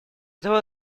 того